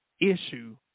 issue